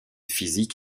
physique